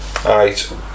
right